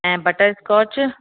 ऐं butter scotch